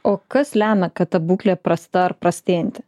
o kas lemia kad ta būklė prasta ar prastėjanti